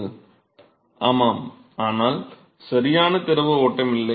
மாணவர் ஆமாம் ஆனால் சரியான திரவ ஓட்டம் இல்லை